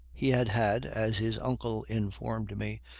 he had had, as his uncle informed me,